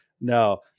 No